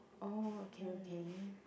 oh okay okay